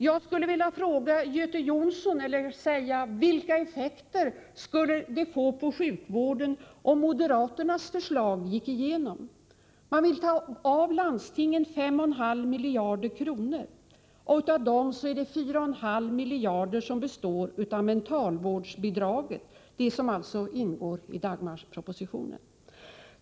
Jag skulle vilja fråga Göte Jonsson: Vilka effekter skulle moderaternas förslag få på sjukvården om det gick igenom? Moderaterna vill ta ifrån landstingen 5,5 miljarder kronor. Av dessa 5,5 miljarder kronor består 4,3 miljarder kronor av mentalvårdsbidrag — som alltså ingår i Dagmarpropositionen.